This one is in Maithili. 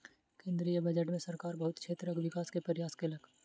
केंद्रीय बजट में सरकार बहुत क्षेत्रक विकास के प्रयास केलक